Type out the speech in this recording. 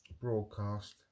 broadcast